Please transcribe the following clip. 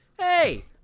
Hey